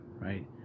right